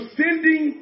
sending